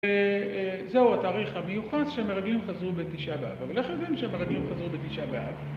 זהו התאריך המיוחס שהמרגלים חזרו בתשעה באב. אבל איך יודעים שהמרגילים חזרו בתשעה באב?